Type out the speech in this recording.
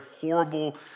horrible